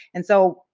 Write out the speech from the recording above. and so,